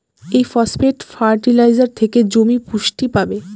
এই phosphate fertiliser থেকে জমি পুষ্টি পাবে